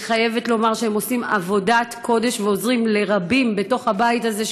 אני חייבת לומר שהם עושים עבודת קודש ועוזרים לרבים בתוך הבית הזה,